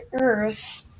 Earth